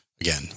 again